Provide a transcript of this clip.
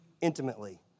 intimately